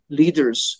leaders